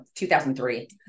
2003